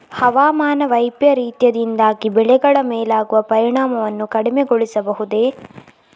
ಹವಾಮಾನ ವೈಪರೀತ್ಯದಿಂದಾಗಿ ಬೆಳೆಗಳ ಮೇಲಾಗುವ ಪರಿಣಾಮವನ್ನು ಕಡಿಮೆಗೊಳಿಸಬಹುದೇ?